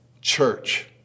church